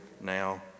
now